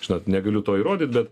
žinot negaliu to įrodyt bet